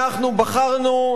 אנחנו בחרנו,